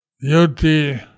beauty